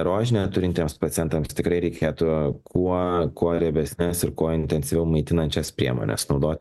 rožinę turintiems pacientams tikrai reikėtų kuo kuo riebesnės ir kuo intensyviau maitinančias priemones naudoti